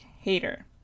hater